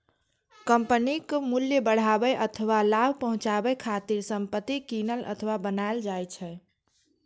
कंपनीक मूल्य बढ़ाबै अथवा लाभ पहुंचाबै खातिर संपत्ति कीनल अथवा बनाएल जाइ छै